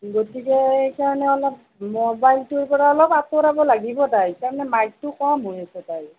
গতিকে সেইকাৰণে অলপ ম'বাইলটোৰ পৰা অলপ আঁতৰাব লাগিব তাইক তাৰমানে মাৰ্কটো কম হৈ আছে তাইৰ